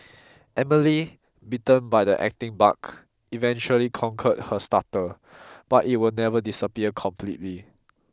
Emily bitten by the acting bug eventually conquered her stutter but it will never disappear completely